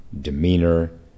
demeanor